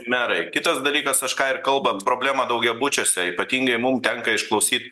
merai kitas dalykas aš ką ir kalbant problemą daugiabučiuose ypatingai mum tenka išklausyt